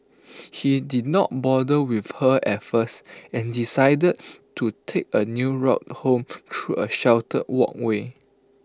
he did not bother with her at first and decided to take A new route home through A sheltered walkway